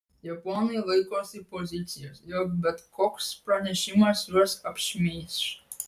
japonai laikosi pozicijos jog bet koks pranešimas juos apšmeiš